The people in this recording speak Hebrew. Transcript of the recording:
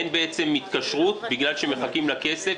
אין התקשרות בגלל שמחכים לכסף.